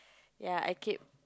ya I keep